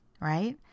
right